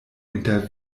inter